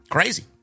Crazy